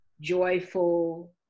joyful